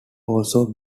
also